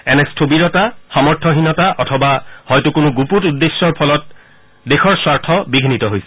এনে স্থবিৰতা সামৰ্থহীনতা অথবা হয়তো কোনো গুপুত উদ্দেশ্যৰ ফলত দেশৰ স্বাৰ্থ বিঘ্নিত হৈছিল